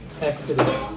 Exodus